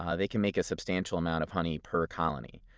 ah they can make a substantial amount of honey per colony.